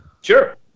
Sure